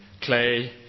clay